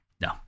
No